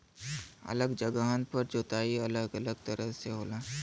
अलग जगहन पर जोताई अलग अलग तरह से होला